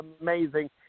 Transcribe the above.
amazing